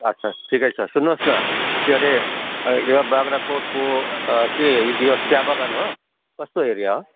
अच्छा ठिकै छ सुन्नुहोस् न के अरे यहाँ बाग्राकोटको के यो चियाबगान हो कस्तो एरिया हो